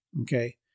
Okay